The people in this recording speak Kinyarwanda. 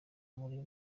muri